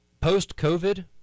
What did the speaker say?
Post-COVID